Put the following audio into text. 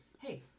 hey